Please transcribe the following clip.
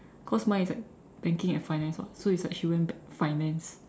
cause mine is like banking and finance [what] so it's like she went ba~ finance